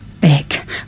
back